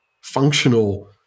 functional